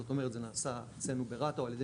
זאת אומרת שזה נעשה אצלנו ברת"א או על ידי